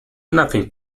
nothing